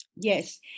Yes